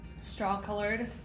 Straw-colored